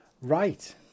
Right